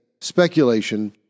speculation